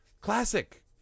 Classic